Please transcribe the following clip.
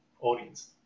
audience